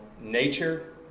nature